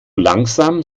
langsam